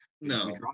No